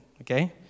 okay